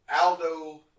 Aldo